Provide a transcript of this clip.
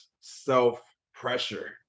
self-pressure